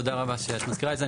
תודה רבה שאת מזכירה את זה.